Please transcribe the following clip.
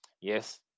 Yes